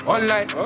Online